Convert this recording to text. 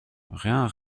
rien